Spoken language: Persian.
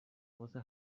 واسه